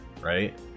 right